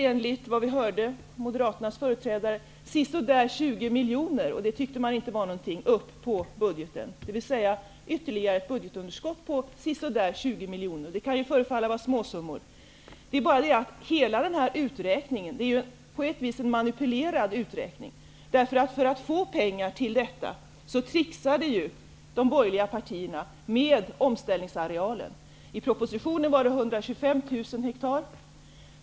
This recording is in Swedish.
Enligt Moderaternas företrädare här betyder det förslag som vi nu diskuterar ett ytterligare budgetunderskott med ca 20 miljoner. Det kan förefalla vara småsummor. Men hela denna uträkning är på sätt och vis manipulerad. För att få pengar till detta trixade de borgerliga partierna med omställningsarealen. I propositionen rörde det sig om 125 000 ha.